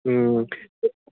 এই